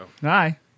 Hi